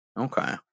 Okay